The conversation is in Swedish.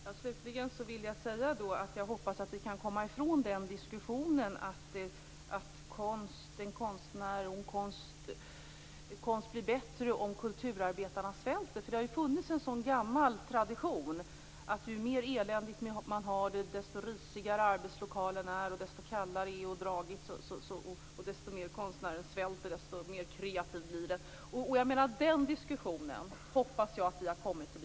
Herr talman! Slutligen vill jag säga att jag hoppas att vi kan komma ifrån diskussionen att konst blir bättre om kulturarbetarna svälter. Det har funnits en gammal tradition som inneburit att ju mer eländigt konstnärerna har det, ju risigare, kallare och dragigare arbetslokalerna är och ju mer konstnärerna svälter, desto kreativare blir de.